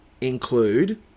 include